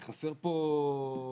חסר פה מידע.